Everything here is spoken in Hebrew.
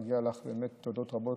מגיעות לך באמת תודות רבות,